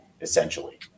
essentially